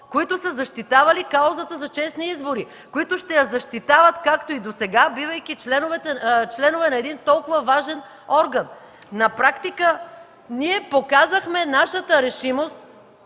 които са защитавали каузата за честни избори, които ще я защитават както и досега, бивайки членове на един толкова важен орган. На практика ние показахме нашата решимост